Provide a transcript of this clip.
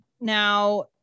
now